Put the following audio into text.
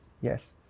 Yes